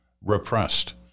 repressed